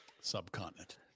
Subcontinent